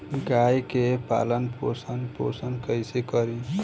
गाय के पालन पोषण पोषण कैसे करी?